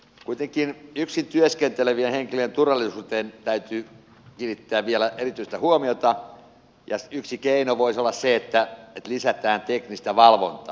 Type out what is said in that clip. kuitenkin yksin työskentelevien henkilöiden turvallisuuteen täytyy kiinnittää vielä erityistä huomiota ja yksi keino voisi olla se että lisätään teknistä valvontaa